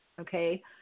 okay